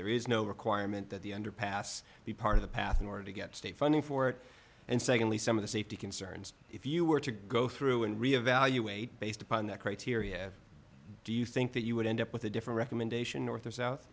there is no requirement that the underpass be part of the path in order to get state funding for it and secondly some of the safety concerns if you were to go through and re evaluate based upon that criteria do you think that you would end up with a different recommendation north or south